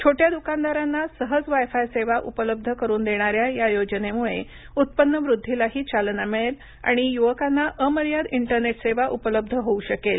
छोट्या द्कानदारांना सहज वाय फाय सेवा उपलब्ध करून देणाऱ्या या योजनेमुळे उत्पन्न वृद्धीलाही चालना मिळेल आणि यूवकांना अमर्याद इंटरनेट सेवा उपलब्ध होऊ शकेल